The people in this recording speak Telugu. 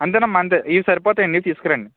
అంతేనమ్మా అంతే ఇవి సరిపోతాయి ఇవి తీసుకురండి